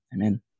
Amen